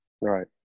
Right